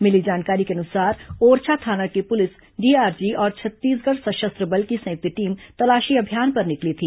मिली जानकारी के अनुसार ओरछा थाना की पुलिस डीआरजी और छत्तीसगढ़ सशस्त्र बल की संयुक्त टीम तलाशी अभियान पर निकली थी